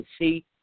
see